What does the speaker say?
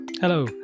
Hello